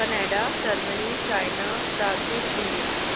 Canada Germany China Brazil India